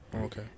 Okay